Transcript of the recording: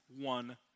one